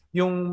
yung